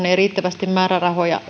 ei ole riittävästi määrärahoja